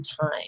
time